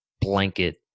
blanket